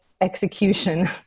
execution